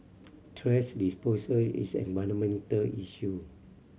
thrash disposal is an environmental issue